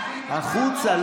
החוצה.